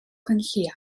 gwenllian